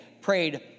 Prayed